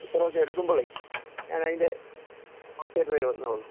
ഇത്രയൊക്കെ എടുക്കുമ്പോഴേ ഞാൻ അതിൻ്റെ കുറച്ചേ